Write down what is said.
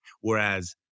whereas